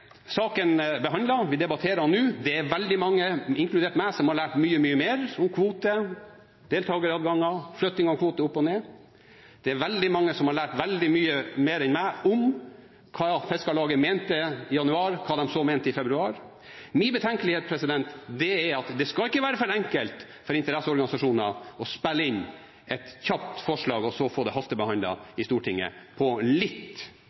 saken behandlet, vi debatterer den nå. Det er veldig mange, inkludert meg, som har lært mye, mye mer om kvoter, deltakeradganger og flytting av kvote opp og ned. Veldig mange har lært veldig mye mer enn meg om hva Fiskarlaget mente i januar, og hva de så mente i februar. Min betenkelighet er at det skal ikke være for enkelt for interesseorganisasjoner å spille inn et kjapt forslag og så få det hastebehandlet på litt